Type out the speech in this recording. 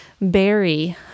berry